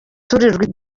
tour